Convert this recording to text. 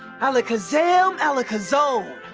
alakazam! alakazone.